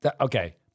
Okay